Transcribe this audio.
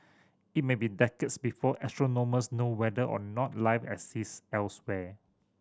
it may be decades before astronomers know whether or not life exists elsewhere